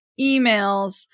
emails